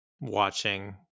watching